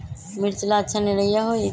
मिर्च ला अच्छा निरैया होई?